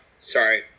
Sorry